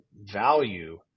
value